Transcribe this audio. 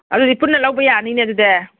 ꯑꯗꯨꯗꯤ ꯄꯨꯟꯅ ꯂꯧꯕ ꯌꯥꯅꯤꯅꯦ ꯑꯗꯨꯗꯦ